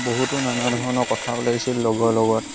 বহুতো নানা ধৰণৰ কথাও ওলাইছিল লগৰ লগত